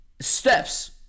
steps